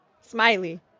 Smiley